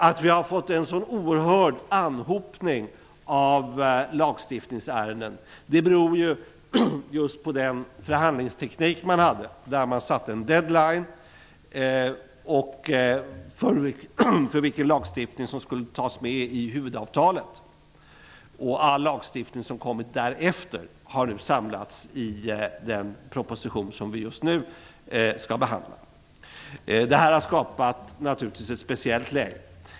Att vi har fått en så oerhörd anhopning av lagstiftningsärenden beror på den förhandlingsteknik som man hade. Man satte en ''deadline'' för vilken lagstiftning som skulle tas med i huvudavtalet. All lagstiftning som kommit därefter har nu samlats i den proposition som vi skall behandla just nu. Detta har naturligtvis skapat ett speciellt läge.